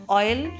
oil